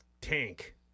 tank